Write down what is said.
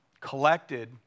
collected